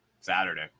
Saturday